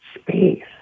space